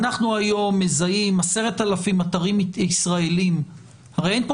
אנחנו היום מזהים 10,000 אתרים ישראליים - הרי אין פה